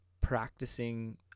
practicing